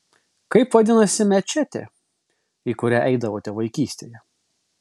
kaip vadinasi mečetė į kurią eidavote vaikystėje